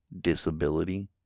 disability